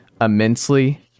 immensely